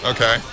Okay